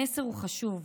המסר הוא חשוב.